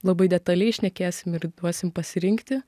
labai detaliai šnekėsim ir duosim pasirinkti